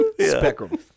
spectrum